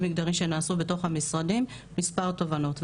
מגדרי שנעשה בתוך המשרדים מספר תובנות.